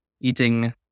eating